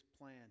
plan